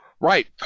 Right